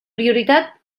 prioritat